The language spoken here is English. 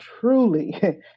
truly